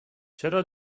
چرا